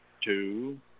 two